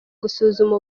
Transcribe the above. gusuzuma